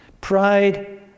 Pride